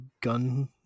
gun